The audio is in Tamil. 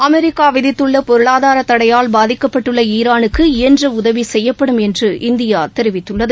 அமெரிக்க விதித்துள்ள பொருளாதார தடையால் பாதிக்கப்பட்டுள்ள ஈரானுக்கு இயன்ற உதவி செய்யப்படும் என்று இந்தியா தெரிவித்துள்ளது